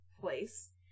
place